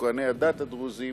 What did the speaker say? כוהני הדת הדרוזים,